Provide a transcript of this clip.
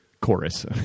chorus